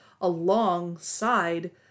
alongside